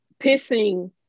pissing